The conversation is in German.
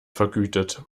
vergütet